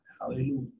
hallelujah